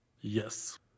yes